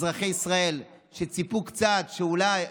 אזרחי ישראל שציפו קצת שאולי,